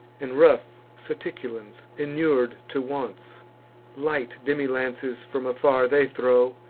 and rough saticulans, inur'd to wants light demi-lances from afar they throw,